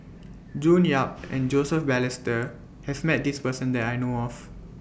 June Yap and Joseph Balestier has Met This Person that I know of